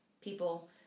people